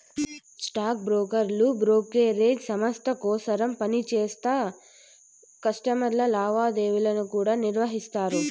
stock బ్రోకర్లు brokerage సంస్త కోసరం పనిచేస్తా కస్టమర్ల లావాదేవీలను కూడా నిర్వహిస్తారు